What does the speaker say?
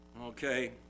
Okay